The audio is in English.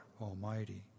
Almighty